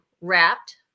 wrapped